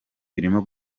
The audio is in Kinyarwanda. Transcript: birimo